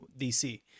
DC